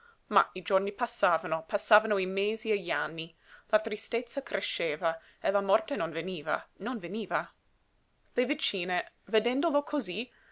ma i giorni passavano passavano i mesi e gli anni la tristezza cresceva e la morte non veniva non veniva le vicine vedendolo cosí